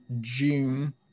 June